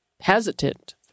hesitant